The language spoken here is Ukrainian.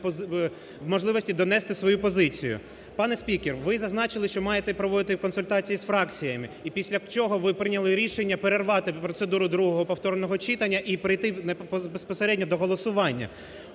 ви зазначили, що маєте проводити консультації з фракціями і після чого, ви прийняли рішення перервати процедуру другого повторного читання і перейти безпосередньо до голосування.